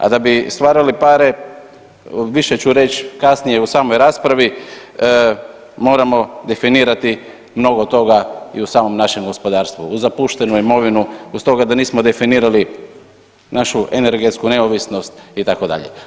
A da bi stvarali pare više ću reć kasnije u samoj raspravi, moramo definirati mnogo toga i u samom našem gospodarstvu, u zapuštenu imenovinu, uz to da nismo definirali našu energetsku neovisnost itd.